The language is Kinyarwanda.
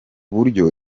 buryo